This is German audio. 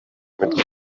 mit